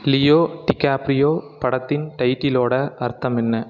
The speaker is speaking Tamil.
லியோ டிகாப்ரியோ படத்தின் டைட்டிலோட அர்த்தம் என்ன